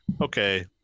okay